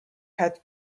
had